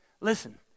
Listen